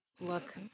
Look